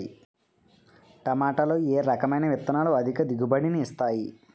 టమాటాలో ఏ రకమైన విత్తనాలు అధిక దిగుబడిని ఇస్తాయి